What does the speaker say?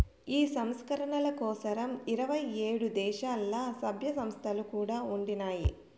ఈ సంస్కరణల కోసరం ఇరవై ఏడు దేశాల్ల, సభ్య సంస్థలు కూడా ఉండినాయి